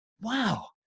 wow